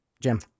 Jim